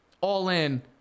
all-in